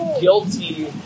guilty